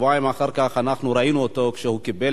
שבועיים אחר כך ראינו אותו כשהוא קיבל